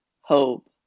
hope